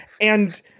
And-